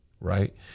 right